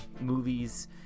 movies